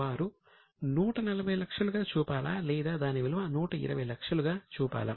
వారు 140 లక్షలుగా చూపాలా లేదా దాని విలువ 120 లక్షలు గా చూపాలా